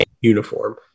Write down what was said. uniform